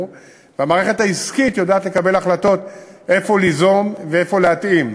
והמערכת העסקית יודעת לקבל החלטות איפה ליזום ואיפה להתאים.